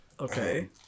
Okay